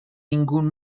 ningún